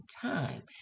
time